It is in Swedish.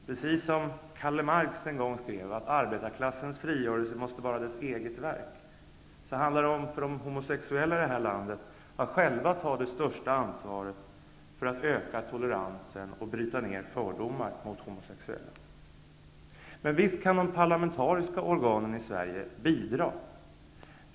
Precis som Karl Marx en gång skrev att arbetarklassens frigörelse måste vara dess eget verk, handlar det för de homosexuella här i landet om att själva ta det största ansvaret för att öka toleransen och bryta ner fördomar mot homosexuella. Men visst kan de parlamentariska organen i Sverige bidra.